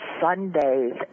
Sundays